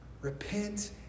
Repent